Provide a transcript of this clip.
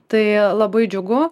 tai labai džiugu